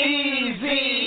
easy